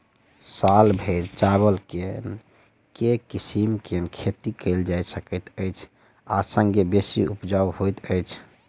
साल भैर चावल केँ के किसिम केँ खेती कैल जाय सकैत अछि आ संगे बेसी उपजाउ होइत अछि?